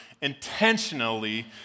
intentionally